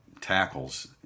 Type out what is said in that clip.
tackles